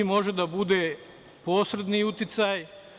Može da bude posredni uticaj.